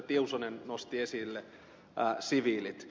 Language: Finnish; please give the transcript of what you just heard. tiusanen nosti esille siviilit